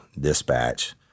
Dispatch